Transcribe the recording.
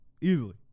Easily